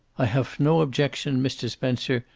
i haf no objection, mr. spencer,